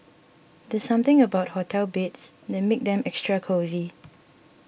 there's something about hotel beds that makes them extra cosy